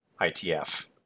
ITF